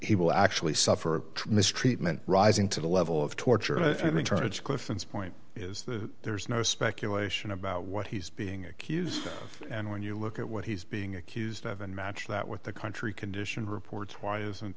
he will actually suffer mistreatment rising to the level of torture and i'm encouraged clifton's point is that there is no speculation about what he's being accused of and when you look at what he's being accused of and match that with the country condition reports why isn't